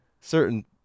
Certain